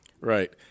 Right